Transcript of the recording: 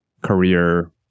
career